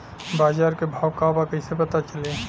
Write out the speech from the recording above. बाजार के भाव का बा कईसे पता चली?